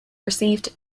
received